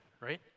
right